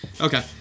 Okay